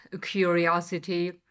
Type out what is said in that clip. curiosity